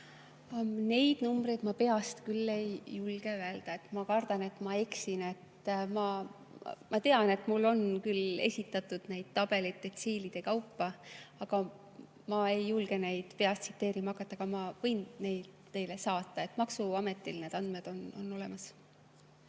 Neid numbreid ma peast küll ei julge öelda, ma kardan, et ma eksin. Mulle on küll esitatud neid tabeleid detsiilide kaupa, aga ma ei julge neid peast tsiteerima hakata. Ma võin need teile saata. Maksuametil on need andmed olemas.